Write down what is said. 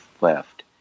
left